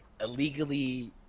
illegally